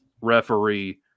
referee